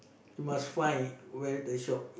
you must find where the shop